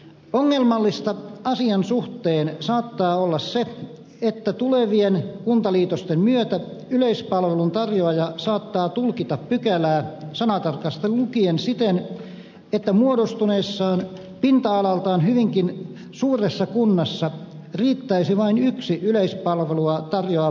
ongelmallista asian suhteen saattaa olla se että tulevien kuntaliitosten myötä yleispalvelun tarjoaja saattaa tulkita pykälää sanatarkasti lukien siten että muodostuneessa pinta alaltaan hyvinkin suuressa kunnassa riittäisi vain yksi yleispalvelua tarjoava postin toimipaikka